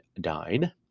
died